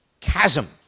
chasm